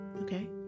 okay